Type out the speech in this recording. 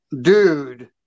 Dude